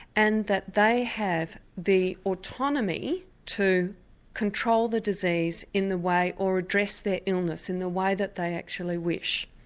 and that they have the autonomy to control the disease in the way, or address their illness in the way that they actually wish.